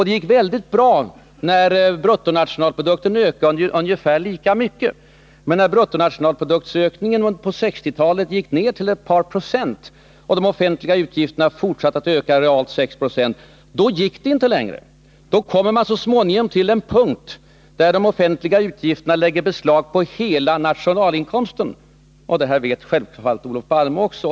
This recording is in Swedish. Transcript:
Det gick väldigt bra, när bruttonationalprodukten ökade ungefär lika mycket. Men när bruttonationalproduktsökningen på 1960-talet gick ner till ett par procent och de offentliga utgifterna fortsatte att öka realt 6 96 upp till —i början av 1970-talet —i runda siffror 50 96, då gick det inte längre. Man kommer så småningom till en punkt där de offentliga utgifterna lägger beslag på hela nationalinkomsten — detta vet självfallet också Olof Palme.